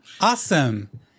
Awesome